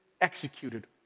executed